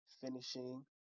finishing